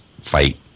fight